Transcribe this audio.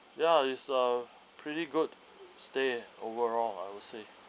ya it's a pretty good stay overall I would say